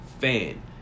fan